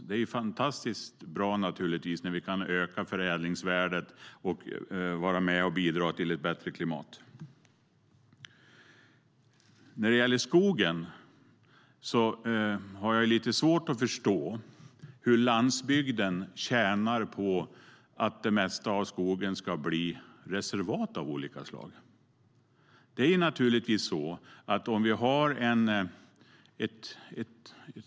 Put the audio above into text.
Det är fantastiskt bra när förädlingsvärdet kan ökas och bidra till ett bättre klimat. Jag har lite svårt att förstå hur landsbygden tjänar på att det mesta av skogen ska bli reservat av olika slag.